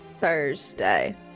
Thursday